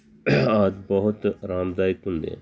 ਆਦਿ ਬਹੁਤ ਆਰਾਮਦਾਇਕ ਹੁੰਦੇ ਆ